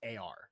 ar